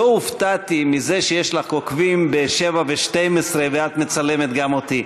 לא הופתעתי מזה שיש לך עוקבים ב-07:12 ואת מצלמת גם אותי,